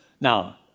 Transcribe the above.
Now